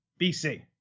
BC